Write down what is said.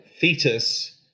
fetus